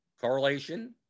correlation